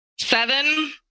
seven